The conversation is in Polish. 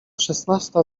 szesnasta